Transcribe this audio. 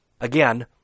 Again